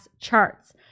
charts